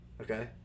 Okay